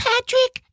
Patrick